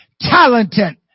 talented